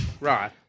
Right